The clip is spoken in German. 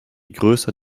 größer